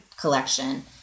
collection